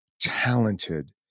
talented